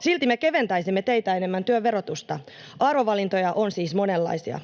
silti me keventäisimme teitä enemmän työn verotusta. Arvovalintoja on siis monenlaisia.